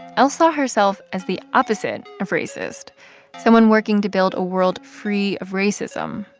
l saw herself as the opposite of racist someone working to build a world free of racism,